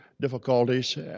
difficulties